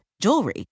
jewelry